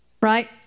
Right